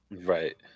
Right